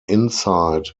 insight